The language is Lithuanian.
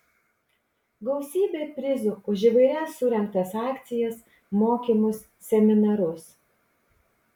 gausybė prizų už įvairias surengtas akcijas mokymus seminarus